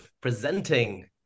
presenting